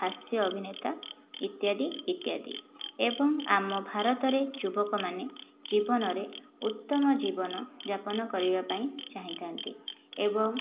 ହାସ୍ୟ ଅଭିନେତା ଇତ୍ୟାଦି ଇତ୍ୟାଦି ଏବଂ ଆମ ଭାରତରେ ଯୁବକମାନେ ଜୀବନରେ ଉତ୍ତମ ଜୀବନଯାପନ କରିବାପାଇଁ ଚାହିଁଥାନ୍ତି ଏବଂ